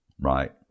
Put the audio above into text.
right